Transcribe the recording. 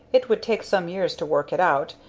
it would take some years to work it out,